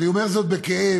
אני אומר זאת בכאב,